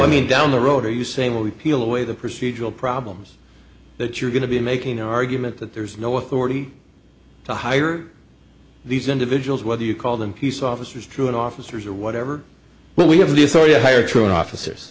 i mean down the road are you saying we peel away the procedural problems that you're going to be making an argument that there's no authority to hire these individuals whether you call them peace officers truant officers or whatever but we have the authority to hire truant officers